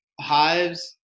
hives